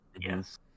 yes